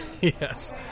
yes